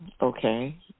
Okay